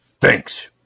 thanks